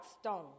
stone